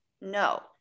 No